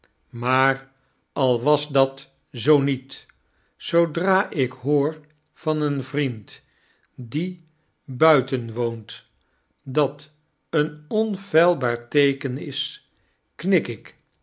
maar al was dat zoo niet zoodra ik hoor van een vriend die i buiten woont dat een onfeilbaar teekenisknik i ik